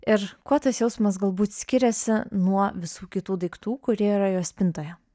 ir kuo tas jausmas galbūt skiriasi nuo visų kitų daiktų kurie yra jo spintoje